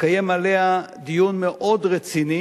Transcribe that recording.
לקיים עליה דיון מאוד רציני,